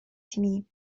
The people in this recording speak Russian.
семьи